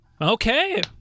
Okay